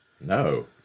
No